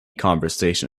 conversation